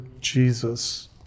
Jesus